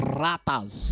ratas